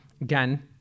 again